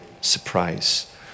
surprise